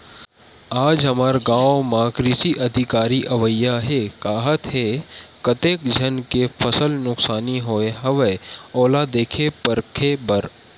आज हमर गाँव म कृषि अधिकारी अवइया हे काहत हे, कतेक झन के फसल नुकसानी होय हवय ओला देखे परखे बर